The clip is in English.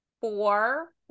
four-